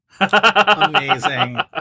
Amazing